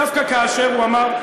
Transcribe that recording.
דווקא כאשר הוא אמר,